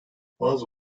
bazı